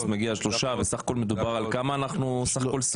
מגיע 3 ובסך הכול מדובר על כמה סיעות יש בסך הכול?